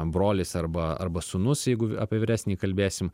brolis arba arba sūnus jeigu apie vyresnįjį kalbėsim